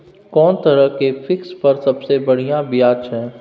कोन तरह के फिक्स पर सबसे बढ़िया ब्याज छै?